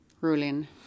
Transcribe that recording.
ruling